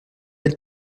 elle